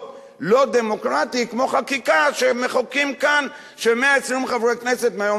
לא דמוקרטי כמו חקיקה שמחוקקים כאן ש-120 חברי כנסת מהיום